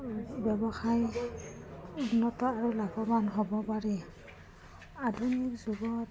ব্যৱসায় উন্নত আৰু লাভবান হ'ব পাৰি আধুনিক যুগত